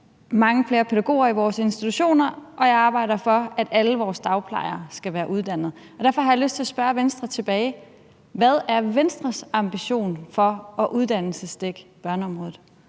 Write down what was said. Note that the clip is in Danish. mange flere pædagoger i vores institutioner, og jeg arbejder for, at alle vores dagplejere skal være uddannet. Derfor har jeg lyst til at spørge Venstre tilbage: Hvad er Venstres ambition for at uddannelsesdække børneområdet?